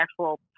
actual